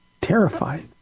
terrified